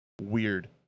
weird